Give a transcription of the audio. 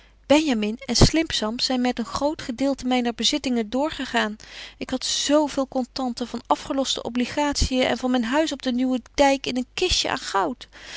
benjamin en slimpslamp zyn met een groot gedeelte myner bezittingen doorgegaan ik had zo veel contanten van afgeloste obligatien en van myn huis op den nieuwen dyk in een kistje aan goud